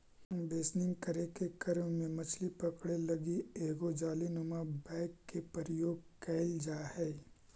बेसनिंग करे के क्रम में मछली पकड़े लगी एगो जालीनुमा बैग के प्रयोग कैल जा हइ